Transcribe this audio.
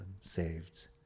saved